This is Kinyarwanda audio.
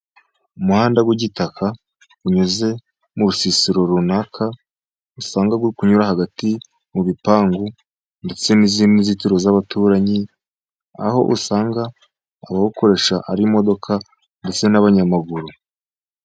Umuhanda w'igitaka, unyuze mu rusisiro runaka, usanga uri kunyura hagati mu bipangu, ndetse n'izindi nzitiro z'abaturanyi, ah'usanga abawukoresha ar'imodoka, ndetse n'abanyamaguru.